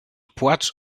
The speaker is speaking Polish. płacz